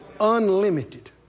Unlimited